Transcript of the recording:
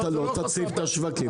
אתה לא תציף את השווקים.